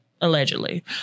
allegedly